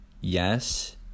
yes